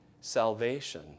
salvation